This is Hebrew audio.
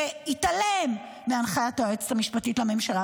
התעלם מהנחיית היועצת המשפטית לממשלה,